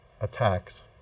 attacks